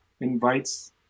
invites